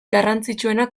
garrantzitsuenak